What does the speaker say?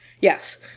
Yes